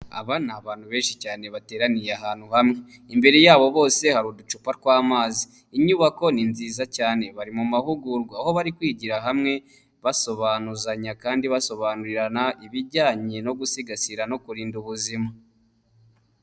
Aba ni abantu benshi cyane bateraniye ahantu hamwe, imbere yabo bose hari uducupa tw'amazi. Inyubako ni nziza cyane bari mu mahugurwa, aho bari kwigira hamwe basobanuzanya kandi basobanurirana ibijyanye no gusigasira no kurinda ubuzima.